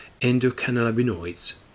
endocannabinoids